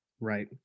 Right